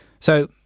So-